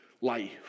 life